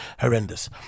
Horrendous